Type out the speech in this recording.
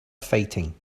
fighting